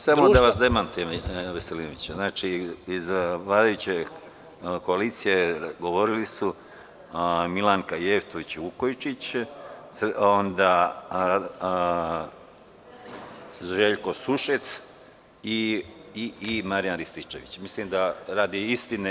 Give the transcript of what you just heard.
Samo da vas demantujem Veselinoviću, znači iz vladajuće koalicije govorili su Milanka Jeftović Vukojčić, Željko Sušec i Marijan Rističević, radi istine.